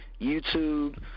YouTube